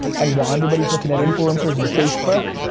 and while everybody is looking at influencers in facebook.